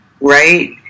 right